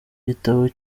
gitabo